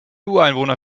ureinwohner